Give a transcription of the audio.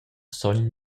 sogn